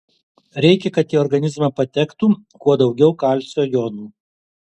reikia kad į organizmą patektų kuo daugiau kalcio jonų